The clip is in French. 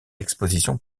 expositions